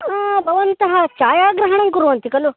आम् भवन्तः छायाग्रहणं कुर्वन्ति खलु